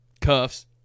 cuffs